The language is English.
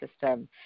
system